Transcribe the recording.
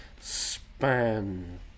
Span